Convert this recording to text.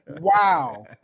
Wow